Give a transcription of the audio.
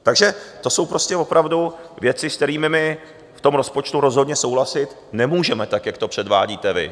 Takže to jsou prostě opravdu věci, s kterými my v tom rozpočtu rozhodně souhlasit nemůžeme, tak jak to předvádíte vy.